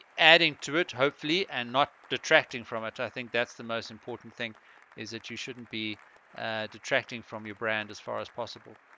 adding to it hopefully and not detracting from it i think that's the most important thing is that you shouldn't be detracting from your brand as far as possible